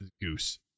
goose